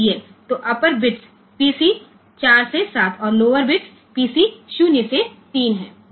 तो upper bits PC 4 से 7 और लोअर बिट्स पीसी 0 से 3 हैं